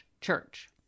church